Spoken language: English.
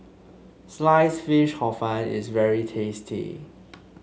slice fish Hor Fun is very tasty